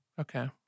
Okay